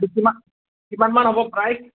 সেইটো কিমান কিমানমান হ'ব প্ৰাইচ